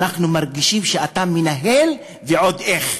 אנחנו מרגישים שאתה מנהל ועוד איך,